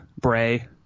Bray